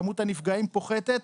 כמות הנפגעים פוחתת.